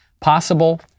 possible